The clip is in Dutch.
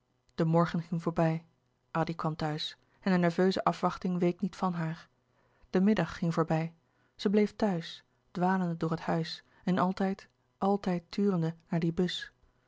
de morgen ging voorbij addy kwam thuis en de nerveuze afwachting week niet van haar de middag ging voorbij zij bleef thuis dwalende door het huis en altijd altijd turende naar die bus